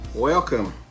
Welcome